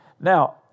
Now